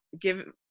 give